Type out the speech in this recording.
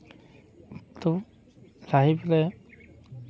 ᱛᱚ ᱞᱟᱭᱤᱯᱷ ᱨᱮ